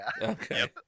Okay